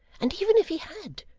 and even if he had,